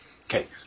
Okay